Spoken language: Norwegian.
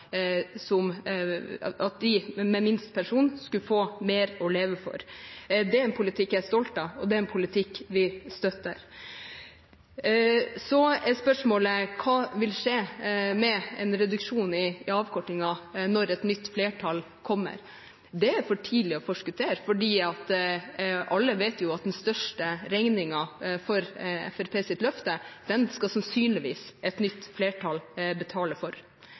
for at de med minst pensjon skulle få mer å leve for. Det er en politikk jeg er stolt av, og det er en politikk vi støtter. Spørsmålet som stilles, er hva som vil skje med en reduksjon i avkortingen når et nytt flertall kommer. Det er for tidlig å forskuttere, for alle vet at den største regningen for Fremskrittspartiets løfte skal sannsynligvis et nytt flertall betale for.